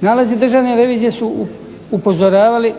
Nalazi državne revizije su upozoravali